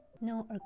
no